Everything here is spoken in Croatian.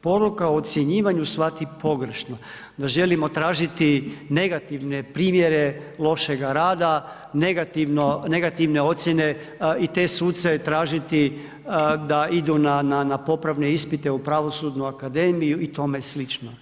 poruka o ocjenjivanju shvati pogrešno, da želimo tražiti negativne primjere lošega rada, negativne ocjene i te suce tražiti da idu na popravne ispite u Pravosudnu akademiju i tome slično.